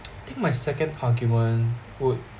think my second argument would